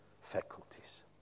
faculties